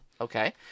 okay